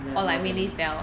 never really